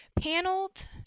paneled